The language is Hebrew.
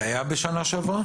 זה היה בשנה שעברה?